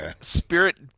spirit